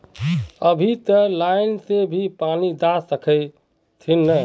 अभी ते लाइन से भी पानी दा सके हथीन?